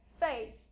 faith